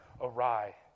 awry